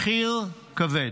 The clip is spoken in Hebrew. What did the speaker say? מחיר כבד.